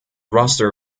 roster